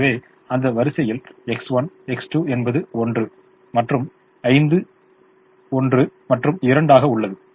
எனவே அந்த வரிசையில் X1 X2 என்பது 1 மற்றும் 5 1 மற்றும் 2 ஆக உள்ளது